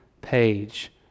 page